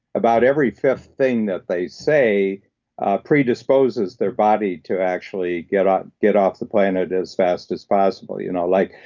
about every fifth thing that they say predisposes their body to actually get off get off the planet as fast as possible, you know? like,